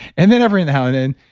and then every now and then,